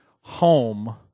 home